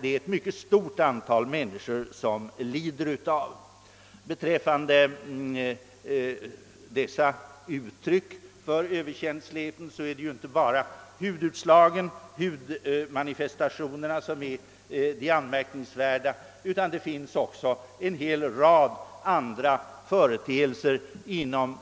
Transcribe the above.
Det är ett mycket stort antal människor som lider av detta. Beträffande dessa uttryck för överkänslighet är det ju inte bara hudutslagen, hudmanifestationerna, som är anmärkningsvärda, utan det finns också en hel rad andra företeelser inom